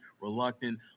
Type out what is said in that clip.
reluctant